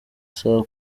saa